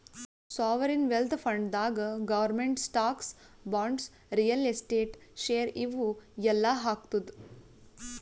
sovereign wealth ಫಂಡ್ನಾಗ್ government stocks, bonds, real estate, share ಇವು ಎಲ್ಲಾ ಹಾಕ್ತುದ್